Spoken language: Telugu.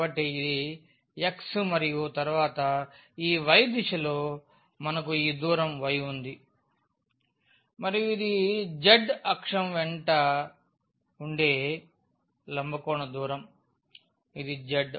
ఇది x ఇక్కడ మరియు తరువాత ఈ y దిశలో మనకు ఈ దూరం y ఉంది మరియు ఇది z అక్షం వెంబడే ఉండే లంబకోణ దూరం ఇది z